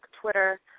Twitter